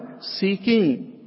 Seeking